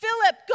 Philip